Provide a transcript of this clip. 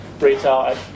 retail